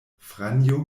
franjo